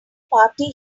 party